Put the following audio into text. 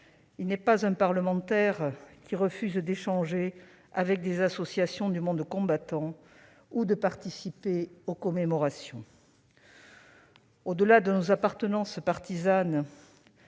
demain ; pas un parlementaire ne refuse d'échanger avec des associations du monde combattant ou de participer aux commémorations. Au-delà de nos appartenances partisanes,